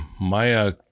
Maya